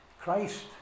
Christ